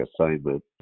assignment